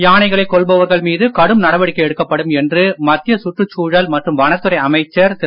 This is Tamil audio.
யானைகளைக் கொல்பவர்கள் மீது கடும் நடவடிக்கை எடுக்கப்படும் என்று மத்திய சுற்றுச் சூழல் மற்றும் வனத் துறை அமைச்சர் திரு